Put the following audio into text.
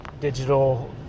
digital